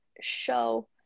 show